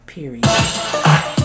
Period